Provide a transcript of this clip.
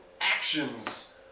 actions